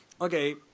okay